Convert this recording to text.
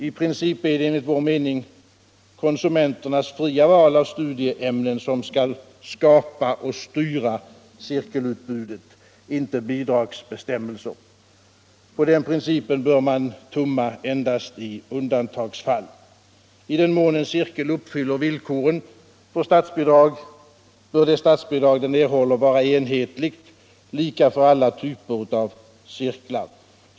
I princip är det enligt vår mening konsumenternas fria val av studieämnen som skall skapa och styra cirkelutbudet, inte bidragsbestämmelser. På den principen bör man tumma endast i undantagsfall. I den mån en cirkel uppfyller villkoren för statsbidrag bör det statsbidrag den erhåller vara enhetligt, lika för alla typer av cirkel.